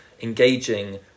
engaging